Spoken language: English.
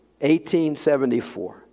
1874